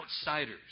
outsiders